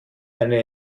eine